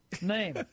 name